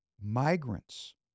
migrants